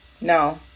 no